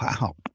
Wow